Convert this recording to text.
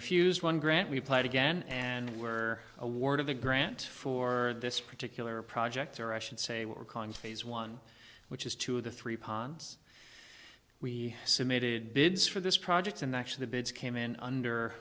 refused one grant we played again and were awarded a grant for this particular project or i should say we're calling phase one which is two of the three ponds we submitted bids for this project and actually the bids came in under